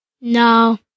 No